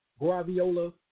Graviola